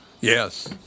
Yes